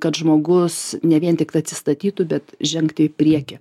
kad žmogus ne vien tiktai atsistatytų bet žengti į priekį